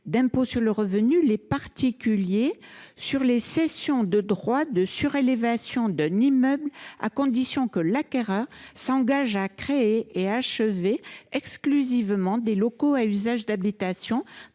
d’impôt sur le revenu les particuliers sur les cessions de droit de surélévation d’un immeuble, à condition que l’acquéreur s’engage à créer et à achever exclusivement des locaux à usage d’habitation